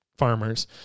farmers